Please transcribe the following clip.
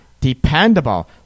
dependable